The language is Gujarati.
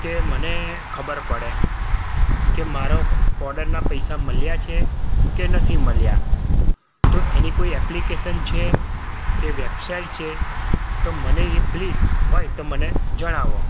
કે મને ખબર પડે કે મારો ઓડરના પૈસા મળ્યા છે કે નથી મળ્યા તો એની કોઈ એપ્લિકેશન છે કે વેબસાઈટ છે તો મને એ પ્લીસ હોય તો મને જણાવો